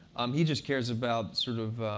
um he just cares about, sort of,